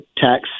tax